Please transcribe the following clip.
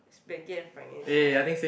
banking and finance [wor]